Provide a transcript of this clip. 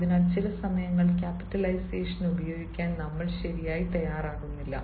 അതിനാൽ ചില സമയങ്ങളിൽ ക്യാപിറ്റലൈസേഷൻ ഉപയോഗിക്കാൻ നമ്മൾ ശരിയായി തയ്യാറാകുന്നില്ല